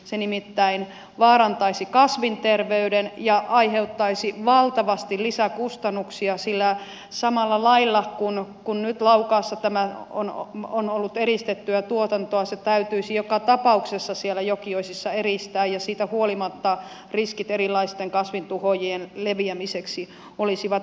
se nimittäin vaarantaisi kasvin terveyden ja aiheuttaisi valtavasti lisäkustannuksia sillä samalla lailla kuin nyt laukaassa tämä on ollut eristettyä tuotantoa se täytyisi joka tapauksessa siellä jokioisissa eristää ja siitä huolimatta riskit erilaisten kasvintuhoajien leviämiseksi olisivat varsin suuret